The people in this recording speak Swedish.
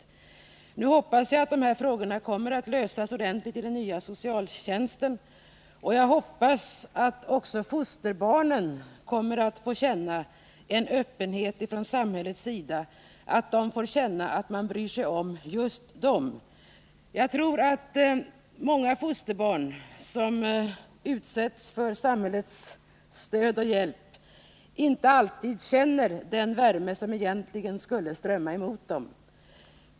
Jag hoppas att de här frågorna kommer att lösas ordentligt genom den nya socialtjänsten. Jag hoppas att också fosterbarnen kommer att få känna öppenhet från samhällets sida, att de får känna att man bryr sig om just dem. Många fosterbarn som utsätts för samhällets stöd och hjälp känner nog inte alltid den värme som egentligen borde strömma emot dem.